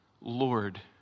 Lord